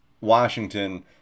Washington